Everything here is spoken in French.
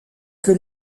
que